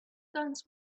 guns